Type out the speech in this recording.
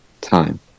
time